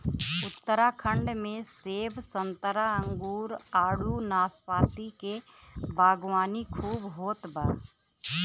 उत्तराखंड में सेब संतरा अंगूर आडू नाशपाती के बागवानी खूब होत बा